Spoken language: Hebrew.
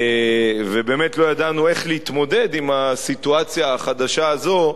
ובאמת לא ידענו איך להתמודד עם הסיטואציה החדשה הזאת,